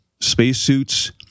spacesuits